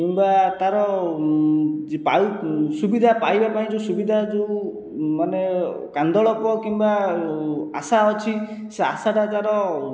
କିମ୍ବା ତା ର ସୁବିଧା ପାଇବା ପାଇଁ ଯେଉଁ ସୁବିଧା ଯୋଉ ମାନେ କାନ୍ଦଳପ କିମ୍ବା ଆଶା ଅଛି ସେ ଆଶାଟା ତା ର